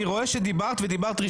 אני רואה שדיברת ודיברת ראשונה.